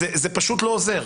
זה פשוט לא עוזר.